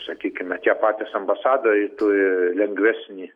sakykime tie patys ambasadoriai turi lengvesnį